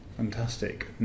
Fantastic